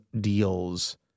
deals